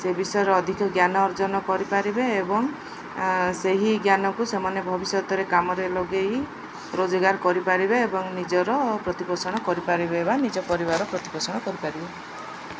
ସେ ବିଷୟରେ ଅଧିକ ଜ୍ଞାନ ଅର୍ଜନ କରିପାରିବେ ଏବଂ ସେହି ଜ୍ଞାନକୁ ସେମାନେ ଭବିଷ୍ୟତରେ କାମରେ ଲଗେଇ ରୋଜଗାର କରିପାରିବେ ଏବଂ ନିଜର ପ୍ରତିପୋଷଣ କରିପାରିବେ ବା ନିଜ ପରିବାର ପ୍ରତିପୋଷଣ କରିପାରିବେ